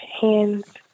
hands